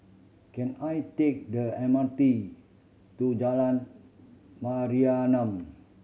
can I take the M R T to Jalan Mayaanam